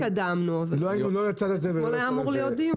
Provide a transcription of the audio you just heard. אתמול היה אמור להיות דיון.